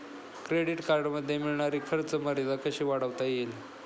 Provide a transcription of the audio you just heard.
Credit कार्डमध्ये मिळणारी खर्च मर्यादा कशी वाढवता येईल?